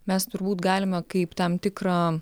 mes turbūt galime kaip tam tikrą